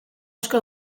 asko